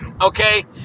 Okay